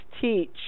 teach